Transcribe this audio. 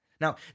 Now